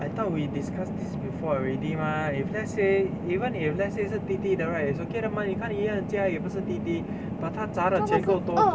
I thought we discuss this before already mah if let's say even if let's say 是低低的 right is okay 的 mah 妳看 ian 的家也不是低低 but 他榨的钱够多